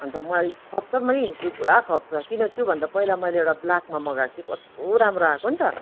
अन्त मलाई खप्छ पनि प पुरा खप्छ किनभने त्योभन्दा पहिला मैले एउटा ब्ल्याकमा मगाएको थिएँ कस्तो राम्रो आएको नि त